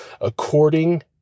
according